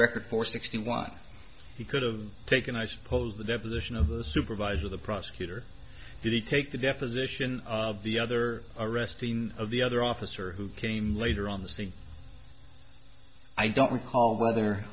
record four sixty one he could've taken i suppose the deposition of the supervisor the prosecutor did he take the deposition of the other arresting of the other officer who came later on this thing i don't recall brother